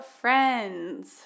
friends